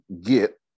get